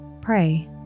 pray